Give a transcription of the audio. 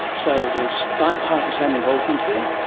so there's bipartisan involvement here.